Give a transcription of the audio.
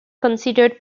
considered